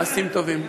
מעשים טובים.